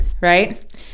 right